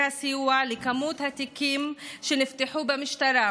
הסיוע לבין היקף התיקים שנפתחו במשטרה.